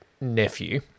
nephew